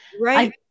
Right